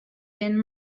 than